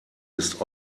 ist